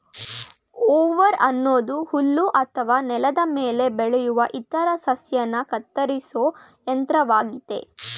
mower ಅನ್ನೋದು ಹುಲ್ಲು ಅಥವಾ ನೆಲದ ಮೇಲೆ ಬೆಳೆಯೋ ಇತರ ಸಸ್ಯನ ಕತ್ತರಿಸೋ ಯಂತ್ರವಾಗಯ್ತೆ